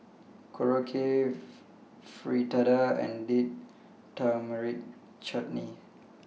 Korokke Fritada and Date Tamarind Chutney